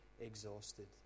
exhausted